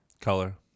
Color